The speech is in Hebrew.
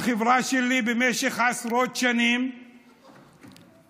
החברה שלי במשך עשרות שנים טעתה,